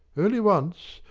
only once.